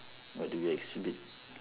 what do they exhibit